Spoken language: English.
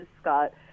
Scott